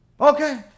okay